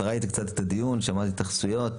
ראית קצת את הדיון, שמעת התייחסויות.